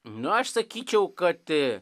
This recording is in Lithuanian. nu aš sakyčiau kad